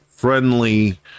friendly